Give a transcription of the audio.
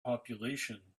population